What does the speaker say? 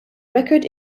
record